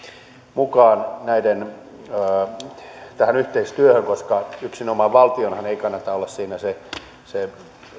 mukaan tähän yhteistyöhön koska yksinomaan valtionhan ei kannata olla siinä se se